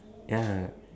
ya